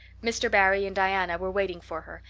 mr. barry and diana were waiting for her,